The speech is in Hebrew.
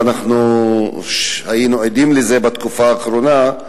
ואנחנו היינו עדים לזה בתקופה האחרונה,